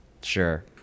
Sure